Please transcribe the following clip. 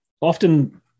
often